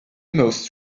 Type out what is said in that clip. most